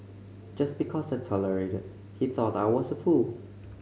just because I tolerated he thought I was a fool